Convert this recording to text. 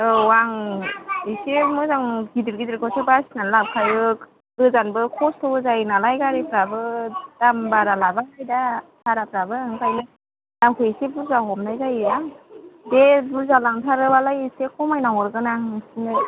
औ आं एसे मोजां गिदिर गिदिरखौसो बासिना लाबोखायो गोजानबो खस्त'बो जायो नालाय गारिफ्राबो दाम बारा लाबाय दा भाराफ्राबो ओंखायनो दामखौ एसे बुरजा हरनाय जायो आं दे बुरजा लांथारो बालाय एसे खमायना हरगोन आं नोंसोरनो